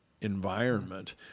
environment